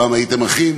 פעם הייתם אחים,